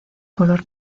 color